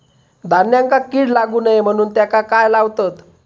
धान्यांका कीड लागू नये म्हणून त्याका काय लावतत?